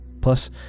Plus